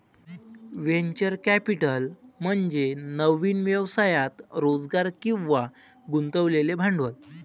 venture capital म्हणजे नवीन व्यवसायात रोजगार किंवा गुंतवलेले भांडवल